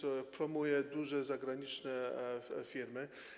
To promuje duże zagraniczne firmy.